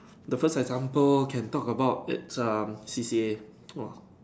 the first example can talk about it's um C_C_A !woah!